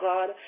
God